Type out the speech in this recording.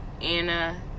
Anna